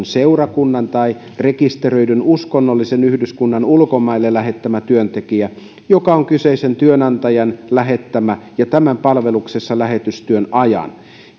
seurakunnan tai rekisteröidyn uskonnollisen yhdyskunnan ulkomaille lähettämä työntekijä joka on kyseisen työnantajan lähettämä ja tämän palveluksessa lähetystyön ajan